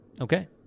Okay